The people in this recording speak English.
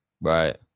Right